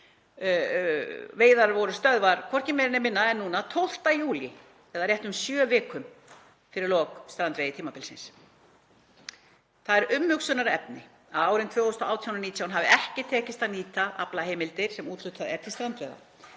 Veiðar voru stöðvaðar hvorki meira né minna en 12. júlí eða réttum sjö vikum fyrir lok strandveiðitímabilsins. Það er umhugsunarefni að árin 2018 og 2019 hafi ekki tekist að nýta aflaheimildir sem úthlutað er til strandveiða.